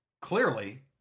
Clearly